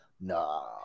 No